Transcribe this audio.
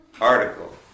article